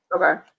Okay